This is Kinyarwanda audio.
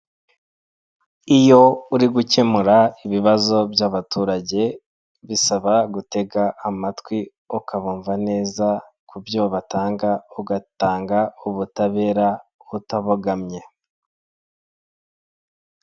Iyo uri gukemura ibibazo by'abaturage bisaba gutega amatwi ukabumva neza ku byo batanga ugatanga ubutabera utabogamye.